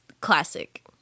classic